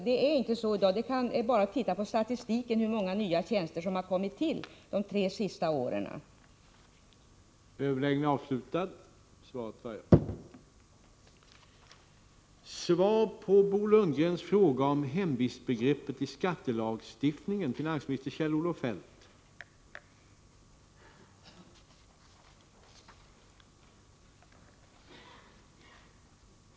Det är bara att titta på statistiken över hur många nya tjänster som har kommit till de tre senaste åren för att se att det förhåller sig på det sättet i dag.